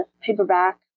paperback